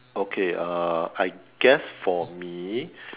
okay uh I guess for me